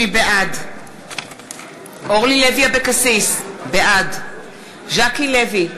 בעד אורלי לוי אבקסיס, בעד ז'קי לוי,